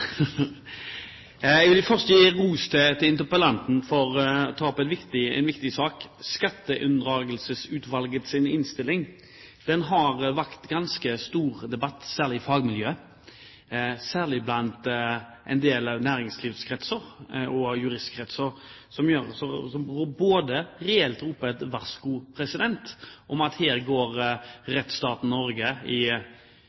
Jeg vil først gi ros til interpellanten for å ta opp en viktig sak. Skatteunndragelsesutvalgets innstilling har vakt ganske stor debatt, særlig i fagmiljøer, i en del næringslivskretser og i juristkretser, som reelt roper et varsku om at her